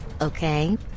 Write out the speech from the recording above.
Okay